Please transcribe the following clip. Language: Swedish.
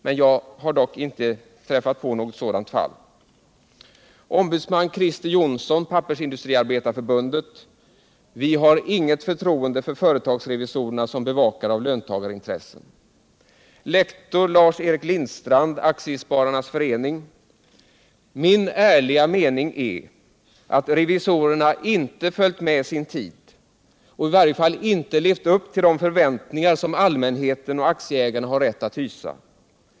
Men jag har inte påträffat några sådana fall.” Ombudsman Christer Jonsson, Svenska pappersindustriarbetareförbundet: ”Vi har inget förtroende för företagsrevisorerna som bevakare av löntagarintressen.” Lektor Lars Lindstrand, Aktiespararnas förening: ”—---min. ärliga mening är att revisorerna inte har följt med sin tid och i varje fall inte levt upp tillde förväntningar som allmänheten och aktieägarna har rätt att hysa.